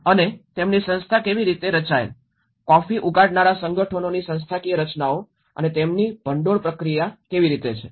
અને તેમની સંસ્થા કેવી રીતે રચાયેલ કોફી ઉગાડનારા સંગઠનોની સંસ્થાકીય રચનાઓ અને તેમની ભંડોળ પ્રક્રિયા કેવી રીતે છે